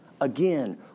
again